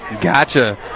Gotcha